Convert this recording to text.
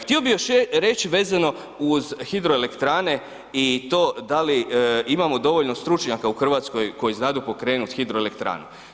Htio bih još reći vezano uz hidroelektrane i to da li imamo dovoljno stručnjaka u Hrvatskoj koji znadu pokrenuti hidroelektrane.